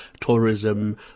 tourism